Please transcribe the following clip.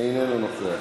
אינו נוכח.